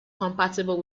compatible